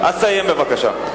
תסיים בבקשה.